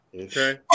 okay